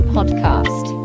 Podcast